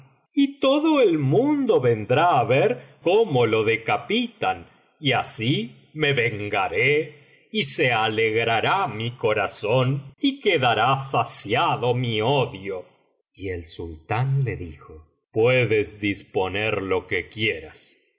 y todo el mundo vendrá á ver cómo lo decapitan y así me vengaré y se alegrará mi corazón y quedará saciado mi odio y el sultán le dijo puedes disponer lo que quieras